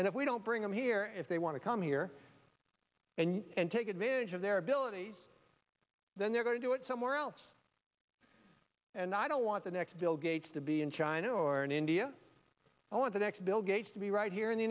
and if we don't bring them here if they want to come here and take advantage of their abilities then they're going to do it somewhere else and i don't want the next bill gates to be in china or in india i want the next bill gates to be right here in the